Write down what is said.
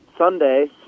Sunday